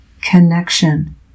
connection